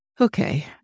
okay